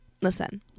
Listen